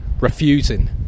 refusing